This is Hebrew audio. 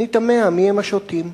אני תמה מיהם השוטים: